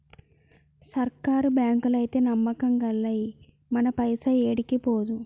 సర్కారు బాంకులైతే నమ్మకం గల్లయి, మన పైస ఏడికి పోదు